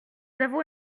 avons